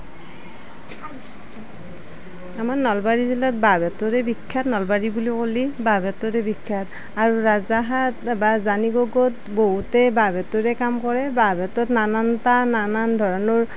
আমাৰ নলবাৰী জিলাত বাঁহ বেতৰে বিখ্যাত নলবাৰী বুলি ক'লে জানিব ক'ত বহুতে বাঁহ বেতৰে কাম কৰে বাঁহ বেতৰ নানাটা নানান ধৰণৰ